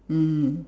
mm